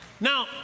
Now